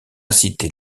incité